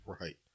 Right